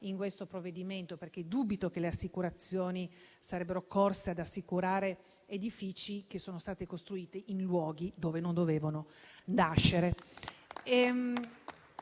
in questo provvedimento, perché dubito che le assicurazioni sarebbero corse ad assicurare edifici che sono stati costruiti in luoghi dove non dovevano sorgere.